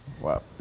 Wow